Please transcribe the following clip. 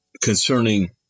concerning